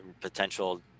potential